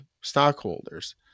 stockholders